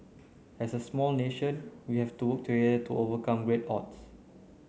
as a small nation we have to work together to overcome great odds